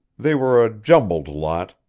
they were a jumbled lot,